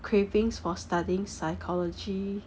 cravings for studying psychology